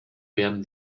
werden